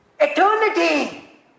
eternity